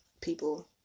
people